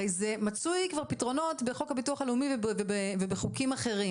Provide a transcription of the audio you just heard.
הרי זה מצאו לזה כבר פתרונות בחוק הביטוח הלאומי ובחוקים אחרים,